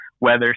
weather